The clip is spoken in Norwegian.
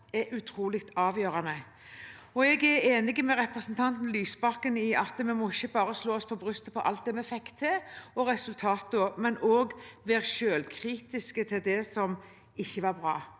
er utrolig avgjørende. Jeg er enig med representanten Lysbakken i at vi ikke bare må slå oss på brystet for alt vi fikk til og for resultatene, men også være selvkritisk til det som ikke var bra.